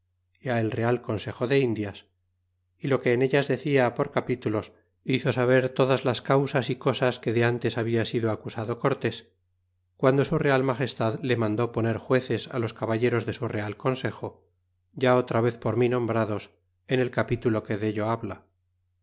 y el real consejo de indias y lo que en ellas decia por capítulos hizo saber todas las causas y cosas que de ntes habia sido acusado cortés guando su real magestad le mandó poner jueces los caballeros de su real consejo ya otra vez por mí nombrados en el capitulo que dello habla